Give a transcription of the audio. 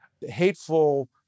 hateful